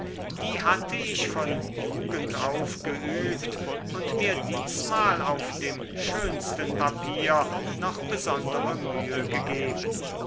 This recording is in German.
die hatte ich von jugend auf geübt und mir diesmal auf dem schönsten papier noch besondere mühe gegeben